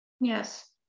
Yes